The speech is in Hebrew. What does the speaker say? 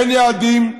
אין יעדים,